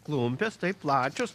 klumpės taip plačios